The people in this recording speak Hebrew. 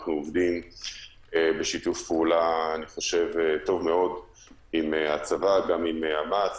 אני חושב שאנחנו עובדים בשיתוף פעולה טוב מאוד עם הצבא גם עם אמ"ץ,